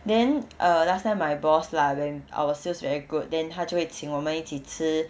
then err last time my boss lah when our sales very good then 他就会请我们一起吃